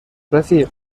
رفیق